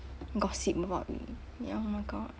gossip about it ya oh my god